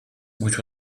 which